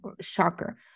shocker